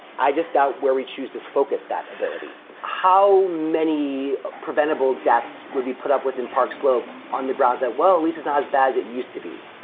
i just out where we choose to focus that ability how many preventable deaths would be put up within park slope on the grounds that, well, at least is not as bad as it used to be,